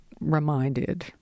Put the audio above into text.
reminded